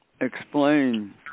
explain